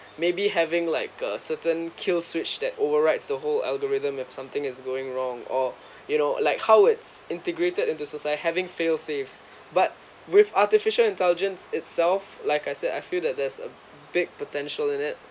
maybe having like a certain kill switch that overrides the whole algorithm if something is going wrong or you know like how its integrated into suicide having fail safes but with artificial intelligence itself like I said I feel that there's a big potential in it